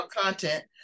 content